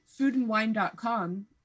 foodandwine.com